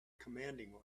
commanding